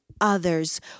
others